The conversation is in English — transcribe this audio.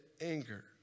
anger